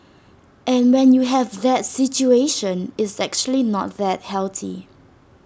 and when you have that situation it's actually not that healthy